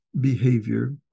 behavior